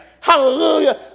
Hallelujah